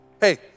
Hey